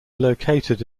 located